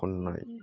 खननाय